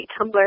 Tumblr